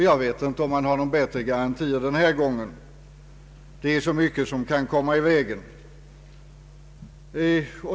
Jag vet inte om garantierna är bättre den här gången. Det är ju så mycket som kan komma i vägen.